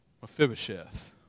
Mephibosheth